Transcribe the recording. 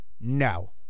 No